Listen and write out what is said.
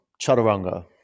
chaturanga